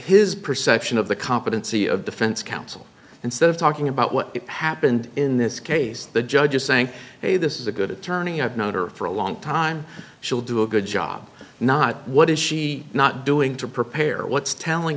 peers perception of the competency of defense counsel instead of talking about what happened in this case the judge saying hey this is a good attorney i've known her for a long time she'll do a good job not what is she not doing to prepare what's telling